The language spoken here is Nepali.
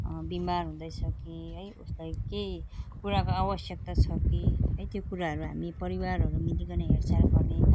बिमार हुँदै छ कि है उसलाई केही कुराको आवश्यकता छ कि है त्यो कुराहरू हामी परिवारहरू मिलीकन हेरचाह गर्ने